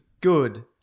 good